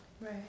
Right